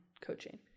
coaching